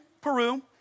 Peru